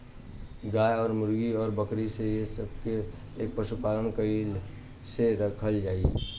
गाय और मुर्गी और बकरी ये सब के एक ही पशुपालन में कइसे रखल जाई?